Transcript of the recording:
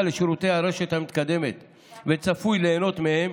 לשירותי הרשת המתקדמת וצפוי ליהנות מהם,